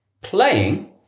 Playing